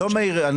סליחה.